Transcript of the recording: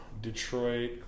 Detroit